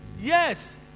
Yes